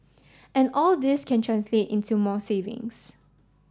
and all this can translate into more savings